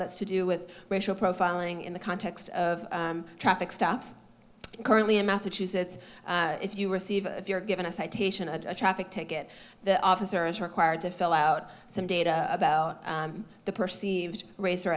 that's to do with racial profiling in the context of traffic stops currently in massachusetts if you receive if you're given a citation a traffic ticket the officer is required to fill out some data about the perceived race or